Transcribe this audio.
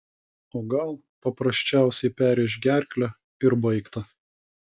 o gal paprasčiausiai perrėš gerklę ir baigta